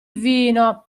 vino